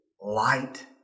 light